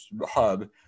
hub